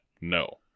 No